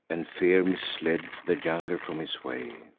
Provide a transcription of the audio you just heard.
and fear, misled the younger from his way.